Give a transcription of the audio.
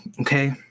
okay